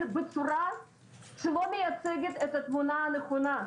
בצורה שלא מייצגת את התמונה הנכונה.